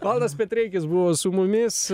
valdas petreikis buvo su mumis